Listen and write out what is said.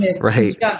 right